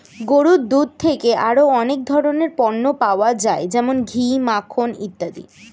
গরুর দুধ থেকে আরো অনেক ধরনের পণ্য পাওয়া যায় যেমন ঘি, মাখন ইত্যাদি